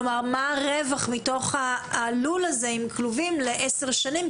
כלומר מה הרווח מתוך הלול הזה עם כלובים לעשר שנים,